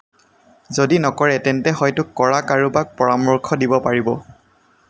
যদি নকৰে তেন্তে হয়তো কৰা কাৰোবাক পৰামৰ্শ দিব পাৰিব